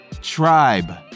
tribe